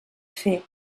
fer